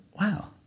wow